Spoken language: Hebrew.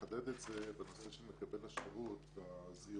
לחשוב איך מקילים על כניסה של כל החברות לתוך התחום הזה ולמערכת צו